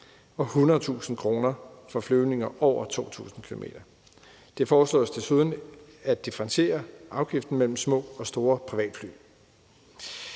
og 100.000 kr. for flyvninger over 2.000 km. Det foreslås desuden at differentiere afgiften mellem små og store privatfly.